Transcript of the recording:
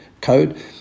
code